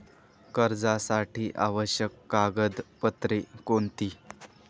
कर्जासाठी आवश्यक कागदपत्रे कोणती?